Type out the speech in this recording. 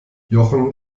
jochen